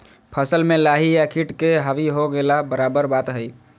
फसल में लाही या किट के हावी हो गेला बराबर बात हइ